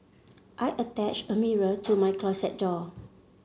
I attached a mirror to my closet door